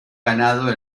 ganado